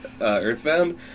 Earthbound